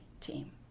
Team